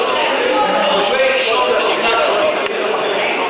אולי אפשר להגיע, אגיד לך מה.